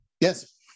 Yes